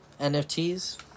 NFTs